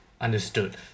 understood